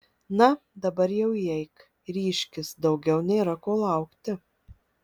na dabar jau įeik ryžkis daugiau nėra ko laukti